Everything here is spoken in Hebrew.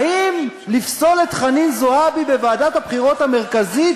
האם לפסול את חנין זועבי בוועדת הבחירות המרכזית,